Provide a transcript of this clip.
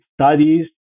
studies